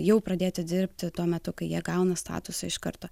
jau pradėti dirbti tuo metu kai jie gauna statusą iš karto